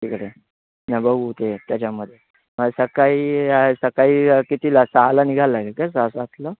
नाही बघू ते त्याच्यामध्ये सकाळी सकाळी कितीला सहाला निघायला लागेल काय सहा सातला